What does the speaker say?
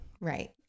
right